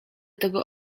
tego